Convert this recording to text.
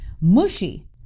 mushy